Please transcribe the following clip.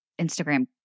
Instagram